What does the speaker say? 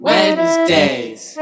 Wednesdays